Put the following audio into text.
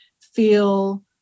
feel